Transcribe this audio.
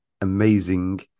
amazing